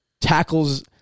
tackles